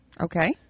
Okay